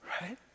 Right